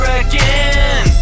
again